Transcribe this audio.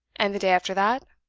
and the day after that,